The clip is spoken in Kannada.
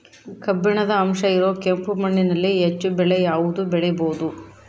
ಕಬ್ಬಿಣದ ಅಂಶ ಇರೋ ಕೆಂಪು ಮಣ್ಣಿನಲ್ಲಿ ಹೆಚ್ಚು ಬೆಳೆ ಯಾವುದು ಬೆಳಿಬೋದು?